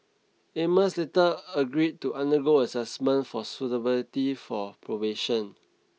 Amos later agreed to undergo assessment for suitability for probation